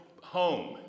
home